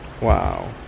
Wow